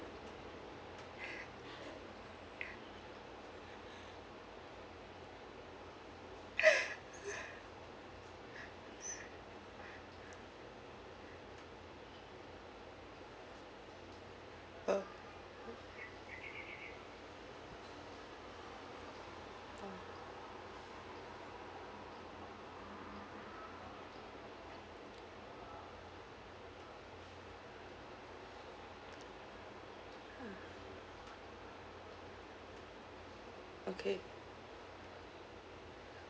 uh okay